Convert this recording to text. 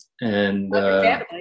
And-